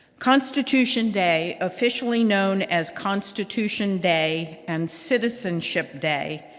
constitution day, officially known as constitution day and citizenship day,